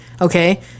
okay